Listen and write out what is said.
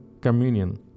communion